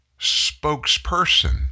spokesperson